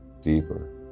deeper